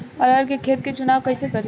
अरहर के खेत के चुनाव कईसे करी?